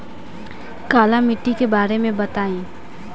काला माटी के बारे में बताई?